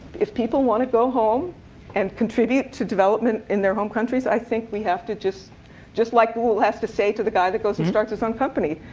if people want to go home and contribute to development in their home countries, i think we have to just just like google has to say to the guy that goes and starts his own company.